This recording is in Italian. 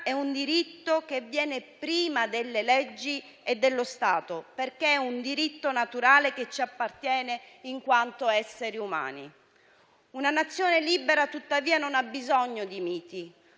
è un diritto che viene prima delle leggi e dello Stato, perché è un diritto naturale che ci appartiene in quanto esseri umani. Una nazione libera, tuttavia, non ha bisogno di miti;